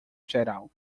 geral